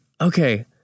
Okay